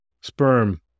sperm